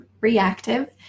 reactive